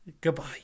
goodbye